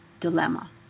dilemma